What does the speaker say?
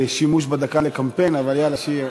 מהשימוש בדקה לקמפיין, אבל יאללה, שיהיה.